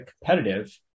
competitive